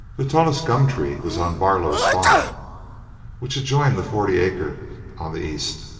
the tallest gum-tree was on barlow's farm which adjoined the forty-acre on the east.